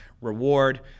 reward